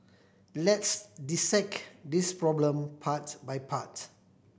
let's dissect this problem part by part